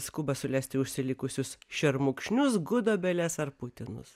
skuba sulesti užsilikusius šermukšnius gudobeles ar putinus